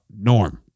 norm